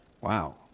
Wow